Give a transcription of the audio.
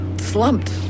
slumped